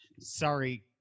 sorry